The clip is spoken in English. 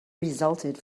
resulted